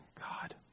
God